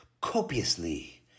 Copiously